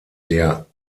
der